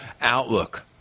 Outlook